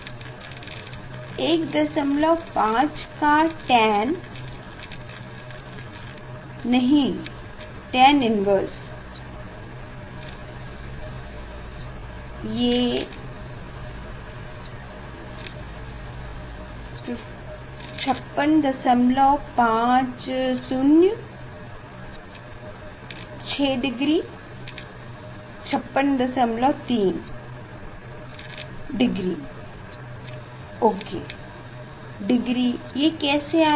विद्यार्थी एक दशमलव पाँच का tan नहीं tan इन्वेर्से विद्यार्थी 5650 विद्यार्थी 6 डिग्री 56 दशमलव 3 विद्यार्थी डिग्री ओके डिग्री ये कैसे आया